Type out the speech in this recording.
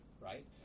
right